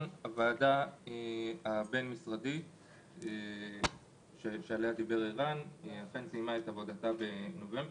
הוועדה הבין-משרדית שעליה דיבר עורך הדין יוסף סיימה את עבודתה בנובמבר.